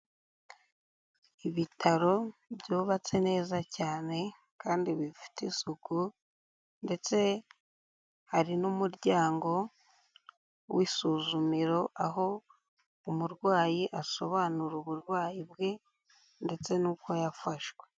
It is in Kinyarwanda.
Ibitaro byubatse neza cyane kandi bifite isuku, ndetse hari n'umuryango w'isuzumiro, aho umurwayi asobanura uburwayi bwe ndetse n'uko yafashwe.